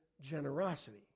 generosity